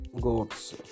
goats